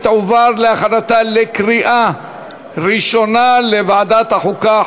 ותועבר להכנתה לקריאה ראשונה לוועדת החוקה,